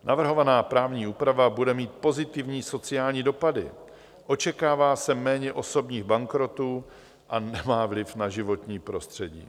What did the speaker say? Navrhovaná právní úprava bude mít pozitivní sociální dopady očekává se méně osobních bankrotů a nemá vliv na životní prostředí.